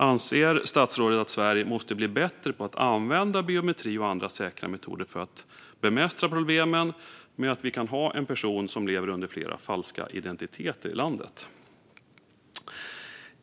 Anser statsrådet att Sverige måste bli bättre på att använda biometri och andra säkra metoder för att bemästra problemet med att en person kan leva under flera falska identiteter i landet?